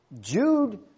Jude